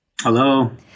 Hello